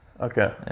Okay